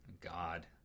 God